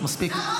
מספיק,